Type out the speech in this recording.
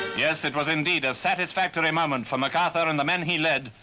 yes, it was indeed a satisfactory moment for macarthur and the men he led,